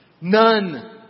None